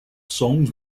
songs